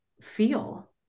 feel